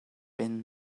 been